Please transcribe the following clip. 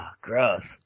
gross